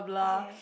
okay